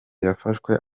yafashwe